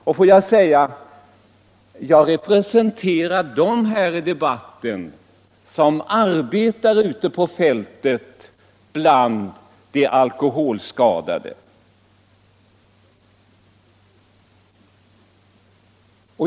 Jag kan därför säga att jag i den här debatten representerar dem som arbetar ute på fältet bland de alkoholskadade.